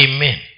Amen